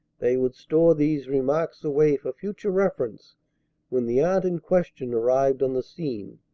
they would store these remarks away for future reference when the aunt in question arrived on the scene.